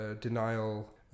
denial